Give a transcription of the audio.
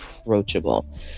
approachable